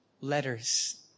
letters